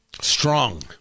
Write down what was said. strong